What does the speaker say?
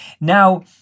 Now